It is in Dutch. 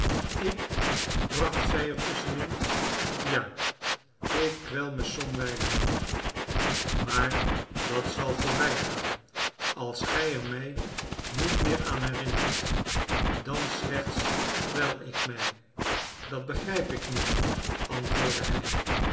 ik bracht zij er tusschen in ja ik kwel me somwijlen maar dat zal voorbij gaan als gij er mij niet meer aan herinnert dan slechts kwel ik mij dat begrijp ik niet antwoordde hij